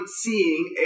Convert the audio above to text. seeing